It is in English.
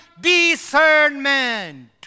discernment